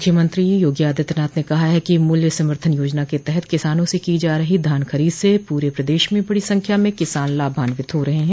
मुख्यमंत्री योगी आदित्यनाथ ने कहा कि मूल्य समर्थन योजना के तहत किसानों से की जा रही धान खरीद से पूरे प्रदेश में बड़ी संख्या में किसान लाभान्वित हो रहे हैं